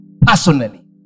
personally